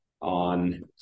on